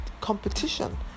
competition